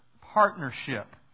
Partnership